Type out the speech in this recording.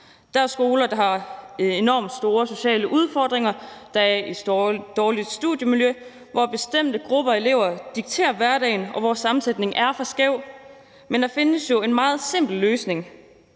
Der er skoler, der har enormt store sociale udfordringer. Der er et dårligt studiemiljø, hvor bestemte grupper af elever dikterer hverdagen, og hvor sammensætningen er for skæv. Men der findes en meget simpel løsning,